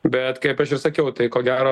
bet kaip aš ir sakiau tai ko gero